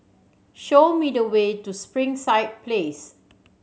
show me the way to Springside Place